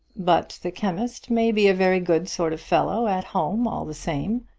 but the chemist may be a very good sort of fellow at home all the same,